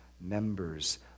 members